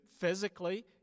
physically